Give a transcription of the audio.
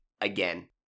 again